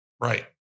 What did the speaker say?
Right